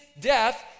death